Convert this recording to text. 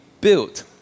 built